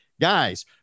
Guys